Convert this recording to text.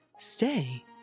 Stay